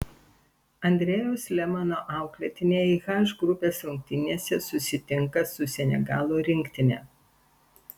andrejaus lemano auklėtiniai h grupės rungtynėse susitinka su senegalo rinktine